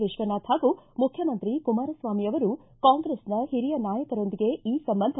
ವಿಶ್ವನಾಥ್ ಹಾಗೂ ಮುಖ್ಯಮಂತ್ರಿ ಕುಮಾರಸ್ವಾಮಿ ಅವರು ಕಾಂಗ್ರೆಸ್ನ ಹಿರಿಯ ನಾಯಕರೊಂದಿಗೆ ಈ ಸಂಬಂಧ